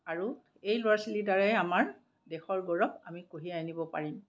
আৰু এই ল'ৰা ছোৱালীৰ দ্বাৰাই আমাৰ দেশৰ গৌৰৱ আমি কঢ়িয়াই আনিব পাৰিম